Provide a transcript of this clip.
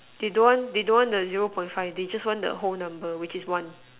they don't want they don't want the zero point five they just want the whole number which is one